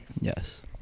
yes